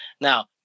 Now